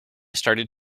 started